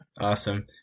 Awesome